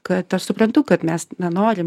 kad aš suprantu kad mes nenorim